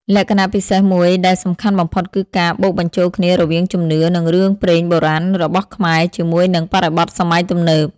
លក្ខណៈពិសេសមួយដែលសំខាន់បំផុតគឺការបូកបញ្ចូលគ្នារវាងជំនឿ និងរឿងព្រេងបុរាណរបស់ខ្មែរជាមួយនឹងបរិបទសម័យទំនើប។